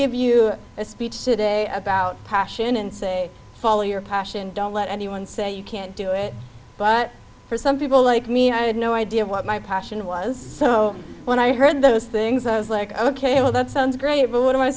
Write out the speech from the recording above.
give you a speech today about passion and say follow your passion don't let anyone say you can't do it but for some people like me i had no idea what my passion was so when i heard those things i was like ok well that sounds great but what